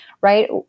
right